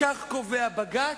מוועדה לוועדה,